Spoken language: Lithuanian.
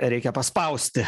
reikia paspausti